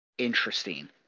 interesting